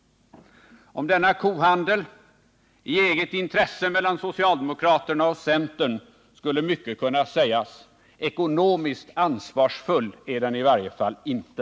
Om denna kohandel i eget intresse mellan socialdemokraterna och centern kan mycket sägas. Ansvarsfull är den i varje fall inte.